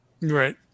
Right